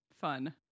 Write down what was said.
Fun